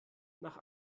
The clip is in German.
nach